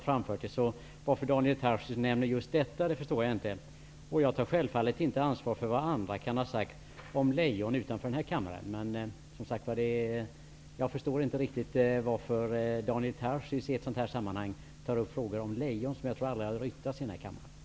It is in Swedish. Jag förstår inte varför Daniel Tarschys nämner just detta. Jag tar självfallet inte ansvar för vad andra kan ha sagt om lejon utanför denna kammare. Jag förstår inte varför Daniel Tarschys nämner lejon i detta sammanhang. De har aldrig dryftats i denna kammare.